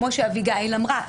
כמו שאביגיל אמרה,